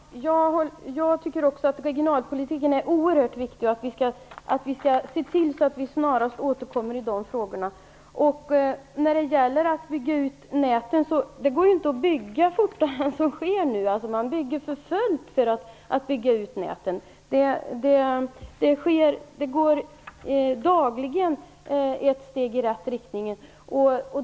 Herr talman! Jag tycker också att regionalpolitiken är oerhört viktig. Vi skall se till så att vi snarast återkommer i dessa frågor. Det går inte att bygga ut näten fortare än vad som nu sker. Man bygger ut näten för fullt. Det tas dagligen ett steg i rätt riktning.